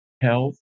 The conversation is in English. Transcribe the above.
health